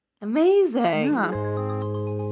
amazing